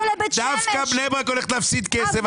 דווקא בני ברק הולכת להפסיד כסף.